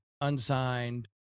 unsigned